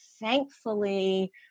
thankfully